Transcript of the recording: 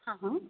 हां हां